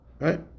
right